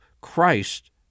Christ